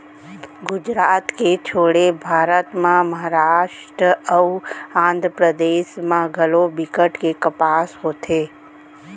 गुजरात के छोड़े भारत म महारास्ट अउ आंध्रपरदेस म घलौ बिकट के कपसा होथे